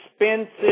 expensive